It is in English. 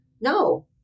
no